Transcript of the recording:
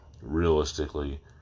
realistically